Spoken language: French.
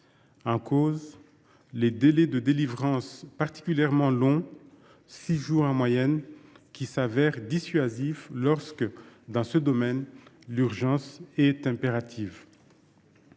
en cause les délais de délivrance : particulièrement longs – six jours en moyenne –, ils se révèlent dissuasifs dans un domaine où l’urgence est impérative.